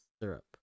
syrup